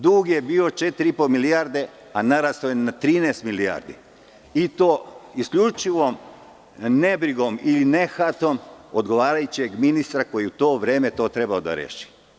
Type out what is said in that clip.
Dug je bio 4,5 milijarde, a narastao je na 13 milijardi i to isključivo nebrigom ili nehatom odgovarajućeg ministra koji je u to vreme to trebalo da reši.